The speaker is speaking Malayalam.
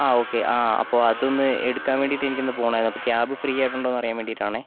ആ ഓക്കെ ആ അപ്പോൾ അത് ഒന്ന് എടുക്കാൻ വേണ്ടിയിട്ട് എനിക്കൊന്ന് പോകണമായിരുന്നു അപ്പോൾ ക്യാബ് ഫ്രീ ആയിട്ടുണ്ടോന്ന് അറിയാൻ വേണ്ടിയിട്ടാണെ